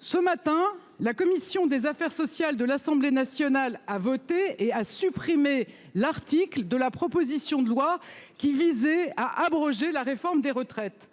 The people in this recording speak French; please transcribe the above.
Ce matin, la commission des affaires sociales de l'Assemblée nationale a voté et à supprimer l'article de la proposition de loi qui visait à abroger la réforme des retraites.